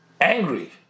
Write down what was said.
angry